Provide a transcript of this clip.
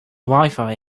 wifi